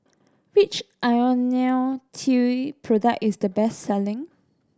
which Ionil T product is the best selling